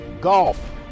golf